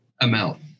amount